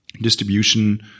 distribution